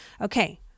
Okay